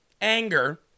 anger